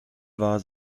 war